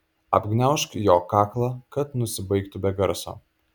apgniaužk jo kaklą kad nusibaigtų be garso